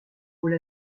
mots